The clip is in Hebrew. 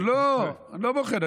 לא, אני לא בוחן.